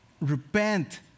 repent